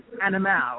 animal